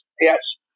Yes